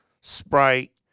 Sprite